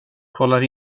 kollar